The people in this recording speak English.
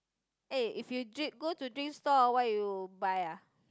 eh if you dr~ go to drink stall ah what you buy ah